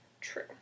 True